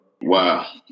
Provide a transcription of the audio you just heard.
Wow